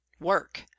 work